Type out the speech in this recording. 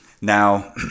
Now